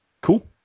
Cool